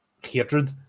hatred